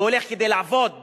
הוא הולך כדי לעבוד בבניין,